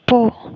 போ